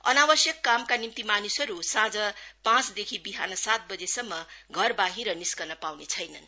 अनावश्यक कामका निम्ति मानिसहरू सांझ पाँचदेखि बिहान सातबजेसम्म घरबाहिर निस्क्न पाउने छैनन्